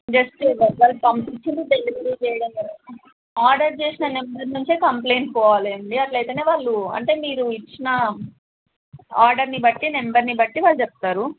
just వాళ్ళు పంపించింది delivery చేయడమే ఆర్డర్ చేసిన నెంబర్ నుంచే కంప్లెయింట్ పోవాలి అండి అట్లా అయితేనే వాళ్ళు అంటే మీరు ఇచ్చిన ఆర్డర్ని బట్టి నెంబర్ని బట్టి వాళ్ళు చెప్తారు